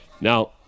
Now